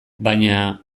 baina